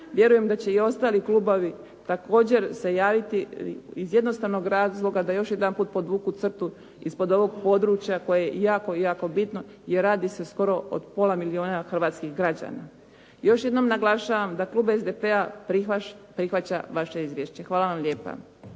Vjerujem da će i ostali klubovi također se javiti iz jednostavnog razloga da još jedanput podvuku crtu ispod ovog područja koje je jako, jako bitno jer radi se skoro o pola milijuna hrvatskih građana. Još jednom naglašavam da klub SDP-a prihvaća vaše izvješće. Hvala vam lijepa.